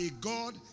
God